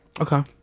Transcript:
Okay